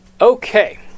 Okay